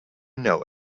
know